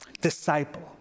Disciple